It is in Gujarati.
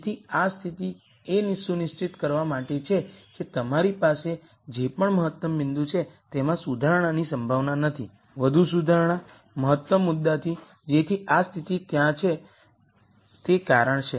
તેથી આ સ્થિતિ એ સુનિશ્ચિત કરવા માટે છે કે તમારી પાસે જે પણ મહત્તમ બિંદુ છે તેમાં સુધારણાની સંભાવના નથી વધુ સુધારણા મહત્તમ મુદ્દાથી જેથી આ સ્થિતિ ત્યાં છે તે કારણ છે